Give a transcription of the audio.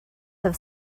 have